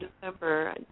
December